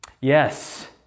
Yes